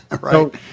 right